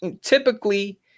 Typically